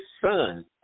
son